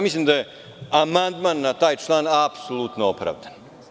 Mislim da je amandman na taj član apsolutno opravdan.